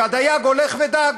והדייג הולך ודג.